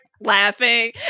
laughing